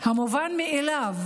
המובן מאליו,